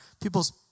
people's